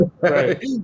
Right